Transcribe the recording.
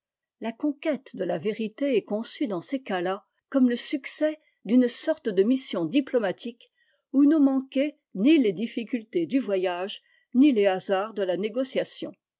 la conquête de la vérité est conçue dans ces cas-là comme le succès d'une sorte de mission diplomatique où n'ont manqué ni les difncultés du voyage ni les hasards de la négociation